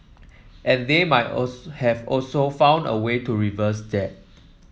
and they might have also found a way to reverse that